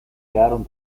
quedaron